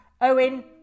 Owen